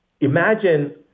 Imagine